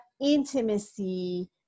intimacy